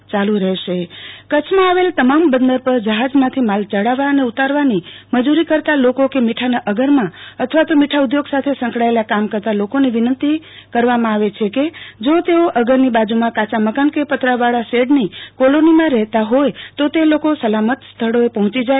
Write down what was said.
આરતી ભટ અગરીયાને વાવાઝોડા અંગે ખાસ સુચના કચ્છમાં આવેલ તમામ બંદર પર જહાજમાંથી માલ ચડાવવા અને ઉતારવાની મજૂરો કરતા લોકો કે મીઠાના અગરમાં અથવા તો મીઠા ઉધોગો સાથે સંકળાયલા કામ કરતા લોકોને વિનંતી કરવામાં આવેલ છે કે જો તેઓ અગરની બાજૂમાં કાચા મકાન કે પતરાવાળા શેડની કોલોનીમાં રહેતા હોય તો તે લોકો સલામત સ્થળોએ પહોંચી જાય